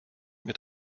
mit